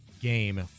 game